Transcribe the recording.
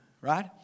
right